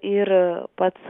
ir pats